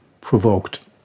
provoked